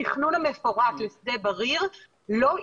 התכנון המפורט לשדה בריר לא יתקדם.